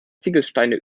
ziegelsteine